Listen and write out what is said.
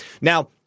Now